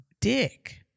dick